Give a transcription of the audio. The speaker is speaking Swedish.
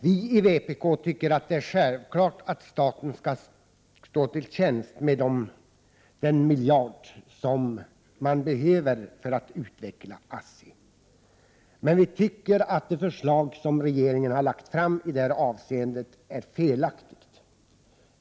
Vi i vpk anser att det är självklart att staten står till tjänst med den miljard som behövs för att utveckla ASSI. Men vi anser att det förslag som regeringen har lagt fram i detta avseende är felaktigt.